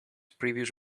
previous